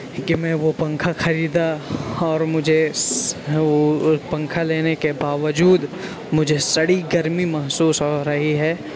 کہ میں وہ پنکھا خریدا اور مجھے وہ پنکھا لینے کے باوجود مجھے سڑی گرمی محسوس ہو رہی ہے